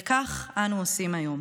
וכך אנו עושים היום.